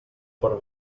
per